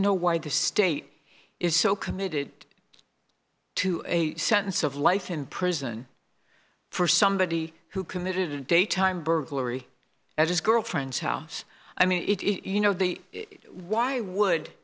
know why the state is so committed to a sentence of life in prison for somebody who committed a daytime burglary at his girlfriend's house i mean it you know the why would